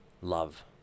love